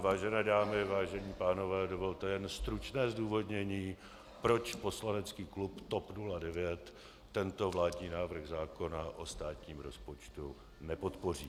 Vážené dámy, vážení pánové, dovolte jen stručné zdůvodnění, proč poslanecký klub TOP 09 tento vládní návrh zákona o státním rozpočtu nepodpoří.